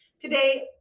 Today